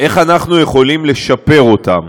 איך אנחנו יכולים לשפר אותם.